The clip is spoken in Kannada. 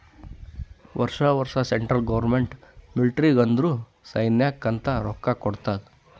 ವರ್ಷಾ ವರ್ಷಾ ಸೆಂಟ್ರಲ್ ಗೌರ್ಮೆಂಟ್ ಮಿಲ್ಟ್ರಿಗ್ ಅಂದುರ್ ಸೈನ್ಯಾಕ್ ಅಂತ್ ರೊಕ್ಕಾ ಕೊಡ್ತಾದ್